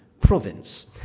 province